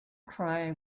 cry